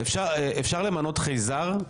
אפשר למנות חייזר לשר?